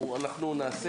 אנחנו נעשה,